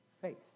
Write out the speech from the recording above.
faith